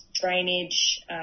drainage